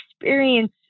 experience